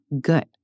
good